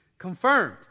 confirmed